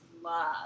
love